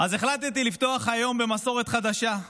אז החלטתי לפתוח היום במסורת חדשה: